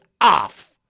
off